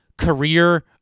career